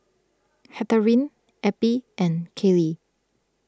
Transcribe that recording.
Henriette Eppie and Caylee